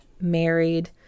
married